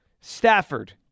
Stafford